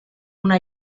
una